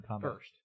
first